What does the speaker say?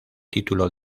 título